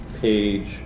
page